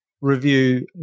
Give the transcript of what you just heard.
review